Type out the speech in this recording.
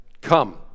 Come